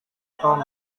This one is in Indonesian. tom